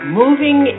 moving